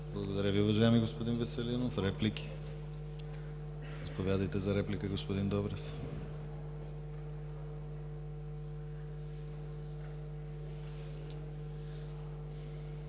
Благодаря Ви, уважаеми господин Веселинов. Реплики? Заповядайте за реплика, господин Добрев.